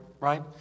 right